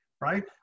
right